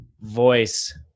voice